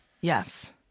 Yes